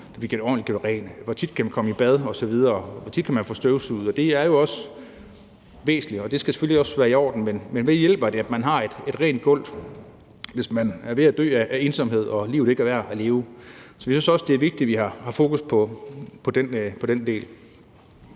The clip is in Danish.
hvor tit man kan komme i bad, og hvor tit man kan få støvsuget osv., og det er jo også væsentligt, og det skal selvfølgelig også være i orden. Men hvad hjælper det, at man har et rent gulv, hvis man er ved at dø af ensomhed og livet ikke er værd at leve? Så jeg synes også, det er vigtigt, at vi har fokus på den del